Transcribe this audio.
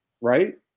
right